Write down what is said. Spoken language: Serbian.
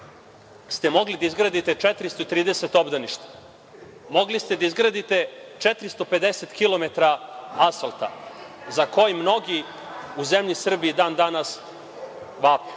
ste da izgradite 430 obdaništa, mogli ste da izgradite 450 kilometara asfalta za kojim mnogi u zemlji Srbiji i dan danas